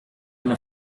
una